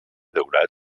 daurat